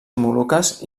moluques